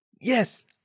Yes